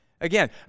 Again